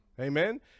Amen